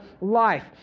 life